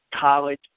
college